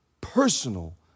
personal